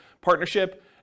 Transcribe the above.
partnership